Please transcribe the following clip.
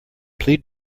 plead